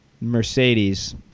Mercedes